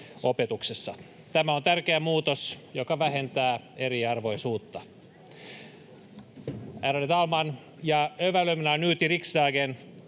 Tämä on tärkeä muutos, joka vähentää eriarvoisuutta.